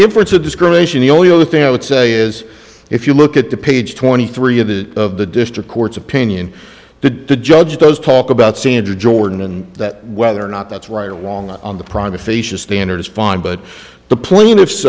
inference of discrimination the only other thing i would say is if you look at the page twenty three of the of the district court's opinion to the judge those talk about sandra jordan and that whether or not that's right or wrong on the private facia standard is fine but the plaintiff